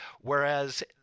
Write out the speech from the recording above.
Whereas